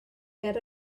ger